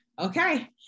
okay